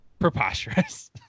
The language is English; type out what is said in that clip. Preposterous